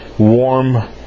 Warm